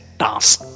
task